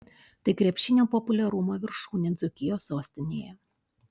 tai krepšinio populiarumo viršūnė dzūkijos sostinėje